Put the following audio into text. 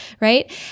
right